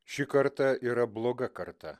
ši karta yra bloga karta